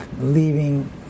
leaving